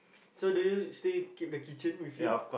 so do you still keep the keychain with you